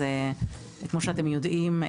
כמו שאתם יודעים,